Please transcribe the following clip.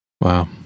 Wow